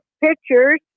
pictures